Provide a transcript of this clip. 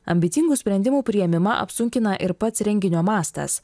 ambicingų sprendimų priėmimą apsunkina ir pats renginio mastas